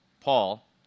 Paul